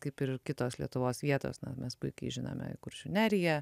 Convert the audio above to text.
kaip ir kitos lietuvos vietos na mes puikiai žinome kuršių neriją